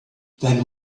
then